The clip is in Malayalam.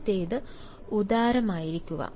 ആദ്യത്തേത് ഉദാരമായിരിക്കുക